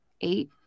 eight